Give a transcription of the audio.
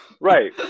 Right